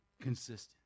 consistent